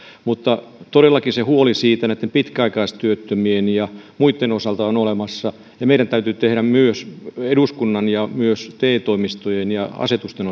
mutta todellakin se huoli näitten pitkäaikaistyöttömien ja muitten osalta on olemassa ja meidän täytyy tehdä eduskunnan ja myös te toimistojen ja asetusten